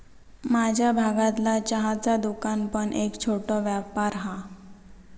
माझ्या भागतला चहाचा दुकान पण एक छोटो व्यापार हा